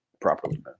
properly